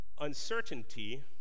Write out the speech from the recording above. Uncertainty